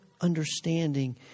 understanding